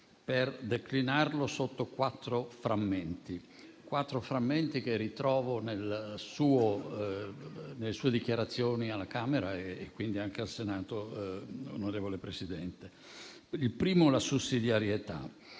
per declinarlo sotto quattro frammenti che ritrovo nelle sue dichiarazioni alla Camera e quindi anche al Senato. Il primo riguarda la sussidiarietà.